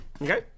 Okay